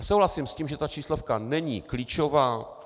Souhlasím s tím, že ta číslovka není klíčová.